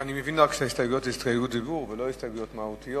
אני מבין שההסתייגויות הן רק הסתייגויות דיבור ולא הסתייגויות מהותיות.